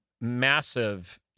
massive